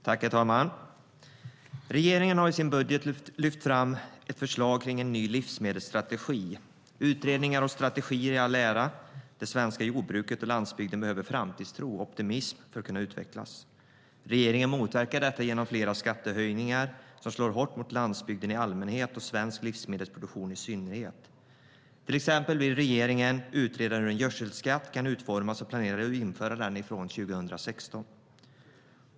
Herr talman! Regeringen har i sin budget lyft fram ett förslag om en ny livsmedelsstrategi. Utredningar och strategier i all ära, det svenska jordbruket och landsbygden behöver framtidstro och optimism för att kunna utvecklas. Regeringen motverkar detta genom flera skattehöjningar som slår hårt mot landsbygden i allmänhet och svensk livsmedelsproduktion i synnerhet. Regeringen vill till exempel utreda hur en gödselskatt kan utformas och planerar att införa den från 2016.